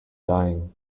dying